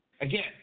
Again